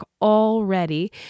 already